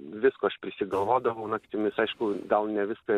visko aš prisigalvodavau naktimis aišku gal ne viską